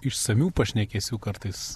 išsamių pašnekesių kartais